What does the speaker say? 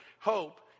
hope